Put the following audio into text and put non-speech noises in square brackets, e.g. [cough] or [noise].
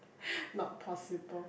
[breath] not possible